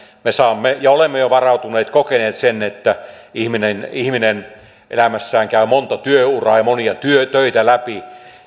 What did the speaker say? me saamme varautua siihen ja olemme jo kokeneet sen että ihminen ihminen elämässään käy monta työuraa ja monia töitä läpi